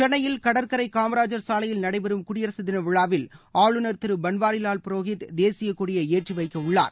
சென்னையில் கடற்கரை காமராஜர் சாலையில் நடைபெறும் குடியரசு தின விழாவில் ஆளுநர் திரு பன்வாரிலால் புரோஹித் தேசியக் கொடியை ஏற்றி வைக்க உள்ளார்